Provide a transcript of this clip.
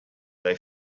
they